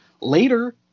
Later